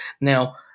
Now